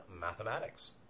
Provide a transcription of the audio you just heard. mathematics